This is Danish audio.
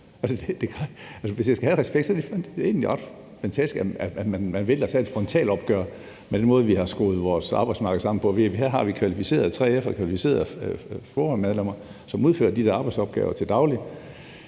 og for FOA-ansatte. Det er egentlig ret fantastisk, at man vælger at tage et frontalopgør med den måde, vi har skruet vores arbejdsmarked sammen på. Vi har kvalificerede 3F-medlemmer og kvalificerede FOA-medlemmer, som udfører de der arbejdsopgaver til daglig.